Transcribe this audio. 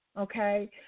Okay